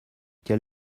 quel